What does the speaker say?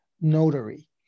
notary